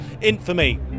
infamy